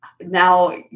now